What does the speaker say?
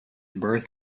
birth